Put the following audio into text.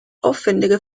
aufwändige